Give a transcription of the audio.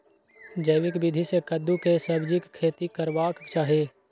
जैविक विधी से कद्दु के सब्जीक खेती करबाक चाही?